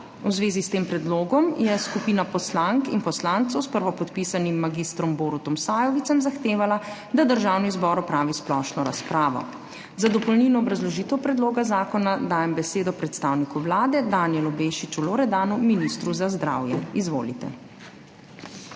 V zvezi s tem predlogom je skupina poslank in poslancev s prvopodpisanim 9. TRAK (VI) 11.40 (nadaljevanje) mag. Borutom Sajovicem zahtevala, da Državni zbor opravi splošno razpravo. Za dopolnilno obrazložitev predloga zakona dajem besedo predstavniku Vlade, Danijelu Bešiču Loredanu, ministru za zdravje. Izvolite.